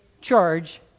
charge